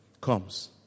comes